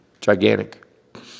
Gigantic